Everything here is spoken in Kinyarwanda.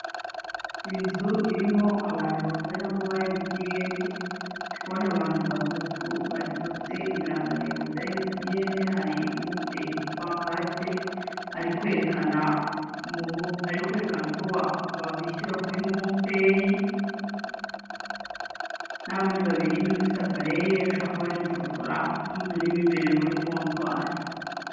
Inzu irimo abantu bakoreramo ba MTN,ndikubona abantu batatu bafite ibirangantego bya MTN,hari n'ufite igipankarite ari kerekana uko babishyura kuri momo payi nabandi babiri , n'undi ufite apareye ushobora kuba ari gufotora n'undi urimo imbere muri kontwari.